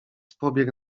pobiegł